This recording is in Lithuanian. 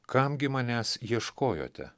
kam gi manęs ieškojote